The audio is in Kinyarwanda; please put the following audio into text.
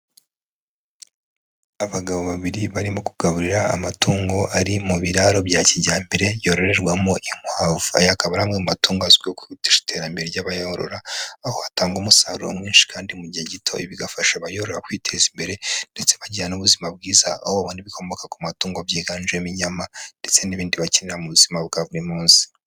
Abagabo babiri barimo kugaburira amatungo ari mu biraro bya kijyambere byororerwamo inkwavu, aya akaba ari amwe mu matungo azwi kwihutisha iterambere ry'abayorora, aho atanga umusaruro mwinshi kandi mu gihe gito, bigafasha abayorora kwiteza imbere, ndetse bagira n'ubuzima bwiza, aho babona ibikomoka ku matungo byiganjemo inyama, ndetse n'ibindi bakenera mu buzima bwa buri munsi.